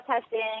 testing